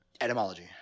Etymology